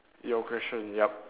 your question yup